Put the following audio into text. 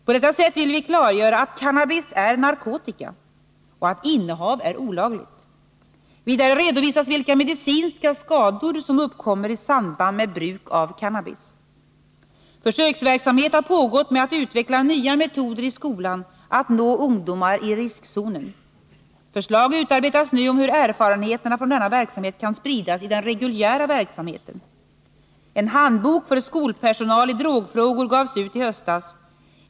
På detta sätt vill vi klargöra att cannabis är narkotika och att innehav är olagligt. Vidare redovisas vilka medicinska skador som uppkommer i samband med bruk av cannabis. Försöksverksamhet har pågått med att utveckla nya metoder i skolan att nå ungdomar i riskzonen. Förslag utarbetas nu om hur erfarenheterna från denna verksamhet kan spridas i den reguljära verksamheten. En handbok för skolpersonal i drogfrågor gavs ut i höstas.